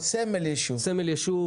סמל יישוב,